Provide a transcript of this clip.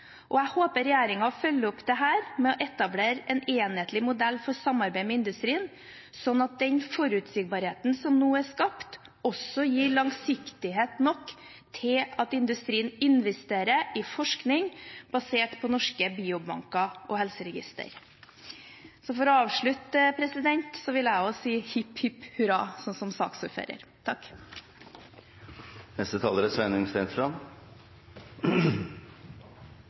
Jeg håper regjeringen følger opp dette med å etablere en enhetlig modell for samarbeid med industrien, sånn at den forutsigbarheten som nå er skapt, også gir langsiktighet nok til at industrien investerer i forskning basert på norske biobanker og helseregistre. Som avslutning vil jeg også si hipp, hipp hurra, sånn som saksordføreren gjorde. Forrige taler